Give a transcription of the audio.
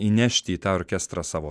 įnešti į tą orkestrą savo